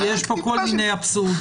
יש פה כל מיני אבסורדים.